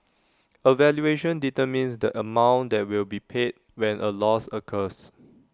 A valuation determines the amount that will be paid when A loss occurs